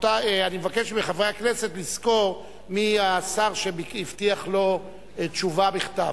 אני מבקש מחברי הכנסת לזכור מי השר שהבטיח להם תשובה בכתב.